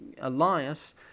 Elias